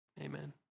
amen